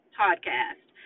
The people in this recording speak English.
podcast